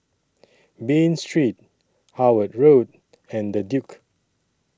Bain Street Howard Road and The Duke